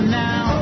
now